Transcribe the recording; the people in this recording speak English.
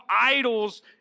idols